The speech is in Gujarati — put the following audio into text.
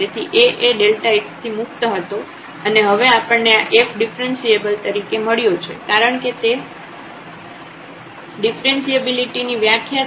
તેથી A એ x થી મુક્ત હતો અને હવે આપણને આ f ડિફ્રન્સિએબલ તરીકે મળ્યો છે કારણ કે તે ડીફરન્સીએબિલિટી ની વ્યાખ્યા છે